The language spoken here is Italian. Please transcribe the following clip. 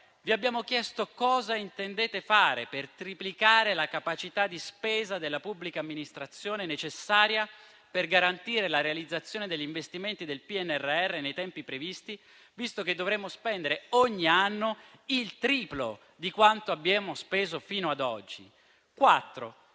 vi abbiamo chiesto cosa intendete fare per triplicare la capacità di spesa della pubblica amministrazione necessaria per garantire la realizzazione degli investimenti del PNRR nei tempi previsti, visto che dovremo spendere ogni anno il triplo di quanto abbiamo speso fino ad oggi.